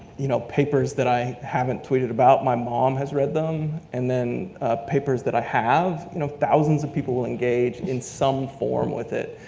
you know, papers that i haven't tweeted about, my mom has read them, and then papers that i have, you know, thousands of people will engage in some form with it,